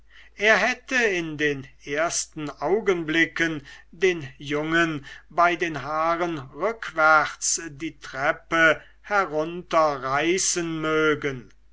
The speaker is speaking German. er hätte in den ersten augenblicken den jungen bei den haaren rückwärts die treppe herunterreißen mögen